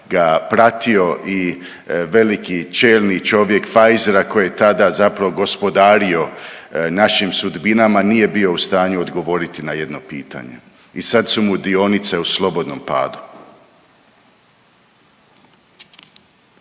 ga pratio i veliki čelni čovjek Pfizera koji je tada zapravo gospodario našim sudbinama nije bio u stanju odgovoriti na jedno pitanje i sad su mu dionice u slobodnom padu.